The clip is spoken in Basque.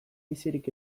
bizirik